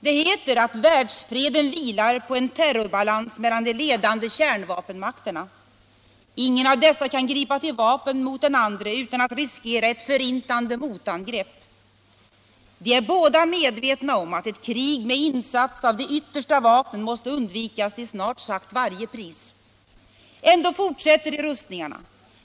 Det heter att världsfreden vilar på en terrorbalans mellan de ledande kärnvapenmakterna. Ingen av dessa kan gripa till vapen mot den andre utan att riskera ett förintande motangrepp. De är båda medvetna om att ett krig med insats av de yttersta vapnen måste undvikas till snart sagt varje pris. Ändå fortsätter de rustningarna.